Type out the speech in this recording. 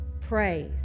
praise